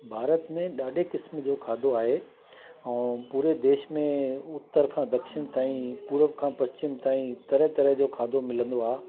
भारत में ॾाढे क़िस्म जो खाधो आहे ऐं पूरे देश में उतर खां दक्षिण ताईं पुरब खां पश्चिम ताईं तरह तरह जो खाधो मिलंदो आहे